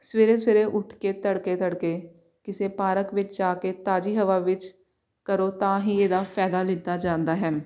ਸਵੇਰੇ ਸਵੇਰੇ ਉੱਠ ਕੇ ਤੜਕੇ ਤੜਕੇ ਕਿਸੇ ਪਾਰਕ ਵਿੱਚ ਜਾ ਕੇ ਤਾਜ਼ੀ ਹਵਾ ਵਿੱਚ ਕਰੋ ਤਾਂ ਹੀ ਇਹਦਾ ਫ਼ਾਇਦਾ ਲਿੱਤਾ ਜਾਂਦਾ ਹੈ